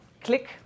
click